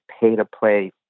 pay-to-play